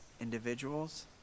individuals